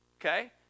okay